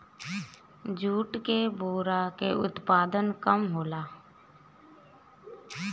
jute के बोरा के उत्पादन कम होला